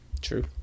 True